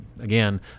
Again